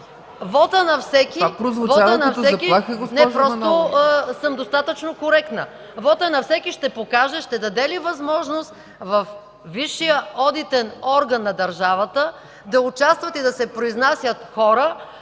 Вотът на всеки ще покаже ще даде ли възможност във висшия одитен орган на държавата да участват и да се произнасят хора,